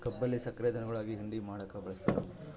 ಕಬ್ಬಿಲ್ಲಿ ಸಕ್ರೆ ಧನುಗುಳಿಗಿ ಹಿಂಡಿ ಮಾಡಕ ಬಳಸ್ತಾರ